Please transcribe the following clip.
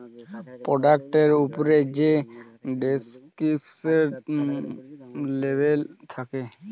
পরডাক্টের উপ্রে যে ডেসকিরিপ্টিভ লেবেল থ্যাকে